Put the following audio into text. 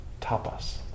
tapas